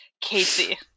Casey